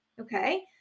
okay